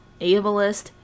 ableist